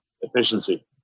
efficiency